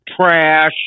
Trash